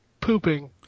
pooping